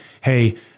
Hey